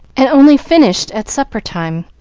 and only finished at supper time,